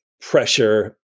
pressure